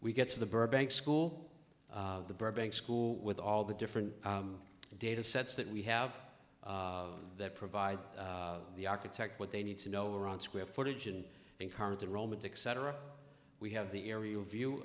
we get to the burbank school the burbank school with all the different data sets that we have that provide the architect what they need to know around square footage and encourage the romantic cetera we have the aerial view